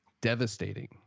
Devastating